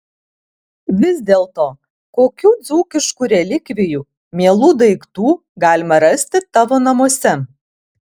vis dėlto kokių dzūkiškų relikvijų mielų daiktų galima rasti tavo namuose